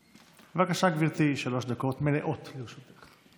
בבקשה, גברתי, שלוש דקות מלאות לרשותך.